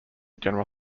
general